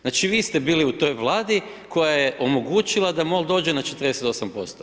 Znači vi ste bili u toj Vladi koja je omogućila da MOL dođe na 48%